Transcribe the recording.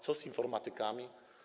Co z informatykami?